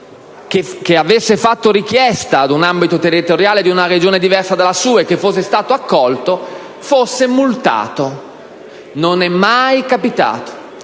che avesse fatto richiesta ad un ambito territoriale di una Regione diversa dalla sua e che fosse stato accolto, venisse multato. Non è mai capitato.